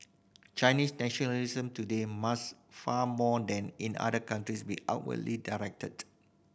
Chinese nationalism today must far more than in other countries be outwardly directed